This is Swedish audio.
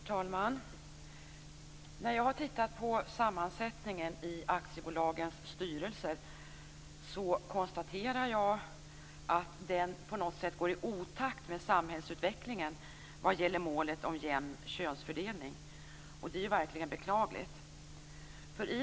Herr talman! När jag tittar på sammansättningen i aktiebolagens styrelser konstaterar jag att den på något sätt går i otakt med samhällsutvecklingen vad gäller målet om jämn könsfördelning. Det är verkligen beklagligt.